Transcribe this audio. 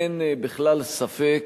אין בכלל ספק